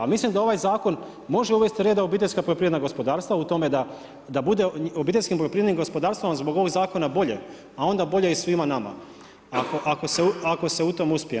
A mislim da ovaj zakon može uvesti reda u obiteljska poljoprivredna gospodarstva u tome da, da bude, obiteljskim poljoprivrednim gospodarstvima zbog ovog zakona je bolje a onda bolje i svima nama ako se u tome uspije.